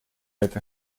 это